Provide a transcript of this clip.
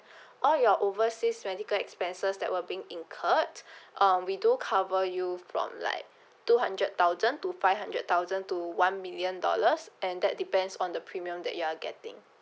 all your overseas medical expenses that were being incurred um we do cover you from like two hundred thousand to five hundred thousand to one million dollars and that depends on the premium that you are getting